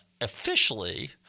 officially –